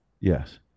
Yes